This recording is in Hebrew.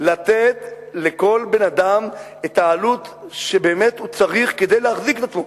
לתת לכל אדם את העלות שהוא באמת צריך כדי להחזיק את עצמו.